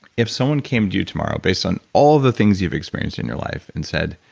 if someone came to you tomorrow based on all the things you've experienced in your life and said,